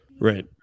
Right